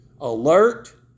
Alert